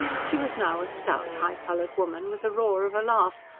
she was now a stout, high-coloured woman with a roar of a laugh,